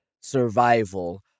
survival